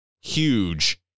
huge